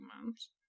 months